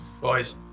boys